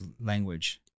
language